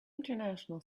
international